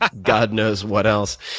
ah god knows what else.